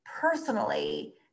personally